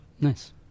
Nice